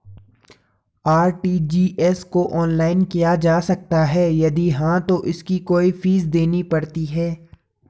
RTGS को online किया जा सकता है यदि हाँ तो इसकी कोई फीस देनी पड़ती है?